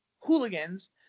hooligans